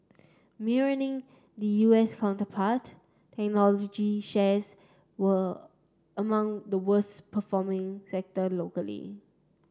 mirroring the U S counterpart technology shares were among the worse performing sector locally